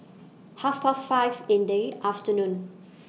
Half Past five in The afternoon